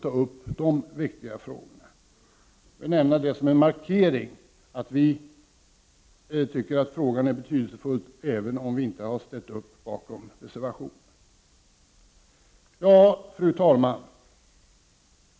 Jag vill nämna detta som en markering av att vi tycker att frågan är betydelsefull, även om vi inte har ställt upp bakom reservationen. Fru talman!